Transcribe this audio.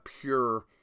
pure